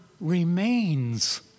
remains